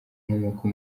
inkomoko